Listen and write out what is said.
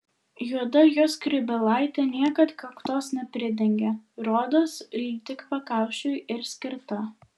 juoda jo skrybėlaitė niekad kaktos nepridengia rodos tik pakaušiui ir skirta